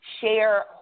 share